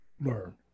learn